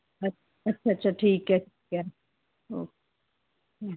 ਅੱਛਾ ਅੱਛਾ ਅੱਛਾ ਠੀਕ ਹੈ ਠੀਕ ਹੈ ਓਕੇ ਹੂੰ